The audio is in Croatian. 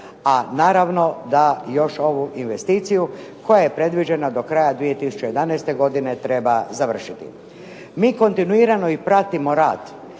a naravno da još ovu investiciju koja je predviđena do kraja 2011. godine treba završiti. Mi kontinuirano i pratimo rad